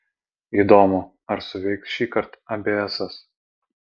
įdomu ar suveiks šįkart abėesas